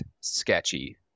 sketchy